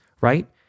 right